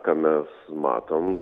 ką mes matom